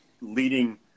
leading